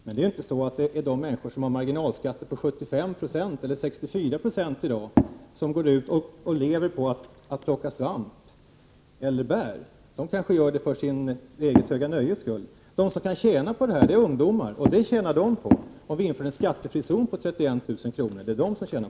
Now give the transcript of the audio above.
Men det är inte människor med marginalskatter på 75 6 eller 64 6 som går ut och lever på att plocka svamp och bär. De kanske gör det för sitt eget höga nöjes skull. De som kan tjäna på detta är ungdomar, och de tjänar på om vi inför en skattefri zon på 31 000 kr.